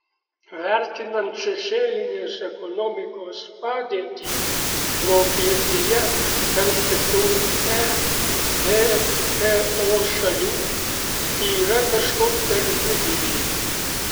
vertinant šešėlinės ekonomikos padėtį vokietija tarp kitų ebpo šalių yra kažkur per vidurį